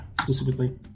specifically